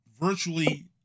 virtually